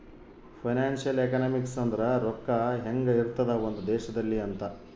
financial economics ಅಂದ್ರ ರೊಕ್ಕ ಹೆಂಗ ಇರ್ತದ ಒಂದ್ ದೇಶದಲ್ಲಿ ಅಂತ